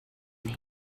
eggs